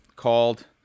called